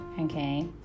Okay